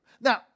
Now